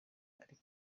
ariko